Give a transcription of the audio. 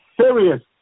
serious